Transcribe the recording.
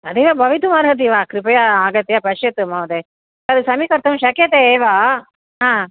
तदेव भवितुमर्हति वा कृपया आगत्य पश्यतु महोदय तद् समीकर्तुं शक्यते एव हा